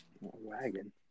Wagon